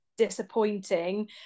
Disappointing